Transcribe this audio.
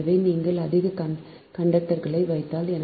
எனவே நீங்கள் அதிக கண்டக்டர்களை வைத்தால்